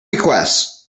requests